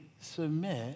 submit